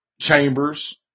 Chambers